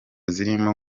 zirimo